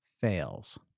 fails